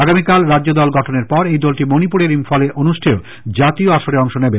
আগামীকাল রাজ্যদল গঠনের পর এই দলটি মণিপুরের ইম্ফলে অনুষ্ঠেয় জাতীয় আসরে অংশ নেবে